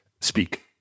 speak